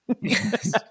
Yes